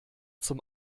zum